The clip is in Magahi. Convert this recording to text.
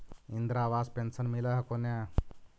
इन्द्रा आवास पेन्शन मिल हको ने?